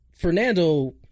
Fernando